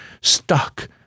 stuck